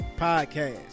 podcast